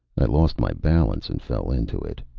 i lost my balance and fell into it.